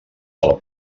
del